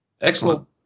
Excellent